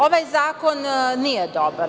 Ovaj zakon nije dobar.